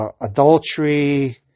adultery